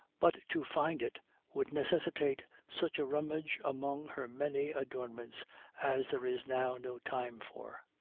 but to find it would necessitate such a rummage among her many adornments as there is now no time for.